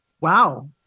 Wow